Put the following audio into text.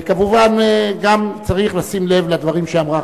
וכמובן גם צריך לשים לב לדברים שאמרה